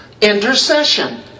intercession